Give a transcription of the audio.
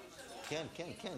אין מתנגדים,